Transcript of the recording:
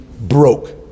broke